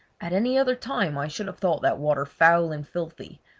at any other time i should have thought that water foul and filthy,